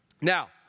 Now